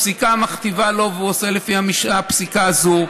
הפסיקה מכתיבה לו, והוא עושה לפי הפסיקה הזאת.